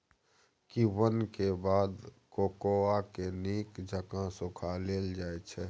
किण्वन के बाद कोकोआ के नीक जकां सुखा लेल जाइ छइ